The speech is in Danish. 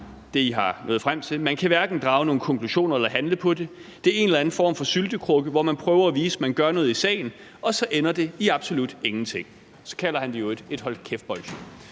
det, I er nået frem til. »Man kan hverken drage nogle konklusioner eller handle på det. Det er en eller anden form for syltekrukke, hvor man prøver at vise, at man gør noget i sagen, og så ender det i absolut ingenting.« Og så kalder han det i øvrigt et hold kæft-bolsje.